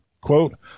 Quote